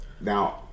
now